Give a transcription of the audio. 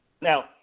Now